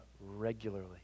regularly